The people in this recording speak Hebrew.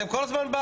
סתם,